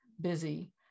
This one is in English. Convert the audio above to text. busy